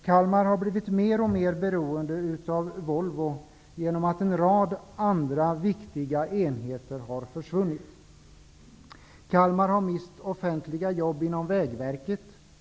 Kalmar har blivit mer och mer beroende av Volvo genom att en rad andra viktiga enheter har försvunnit.